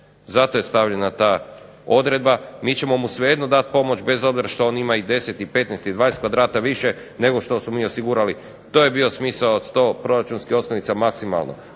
Zato je stavljena ta odredba. Mi ćemo mu svejedno dati pomoć bez obzira što on ima i 10 i 15 i 20 kvadrata više nego što smo mi osigurali. To je bio smisao 100 proračunske osnovice maksimalno.